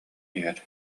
иһэр